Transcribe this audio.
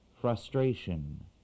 frustration